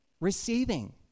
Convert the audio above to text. receiving